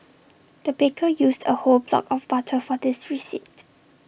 the baker used A whole block of butter for this recipe